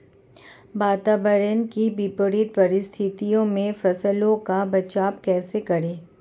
वातावरण की विपरीत परिस्थितियों में फसलों का बचाव कैसे करें?